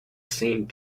saint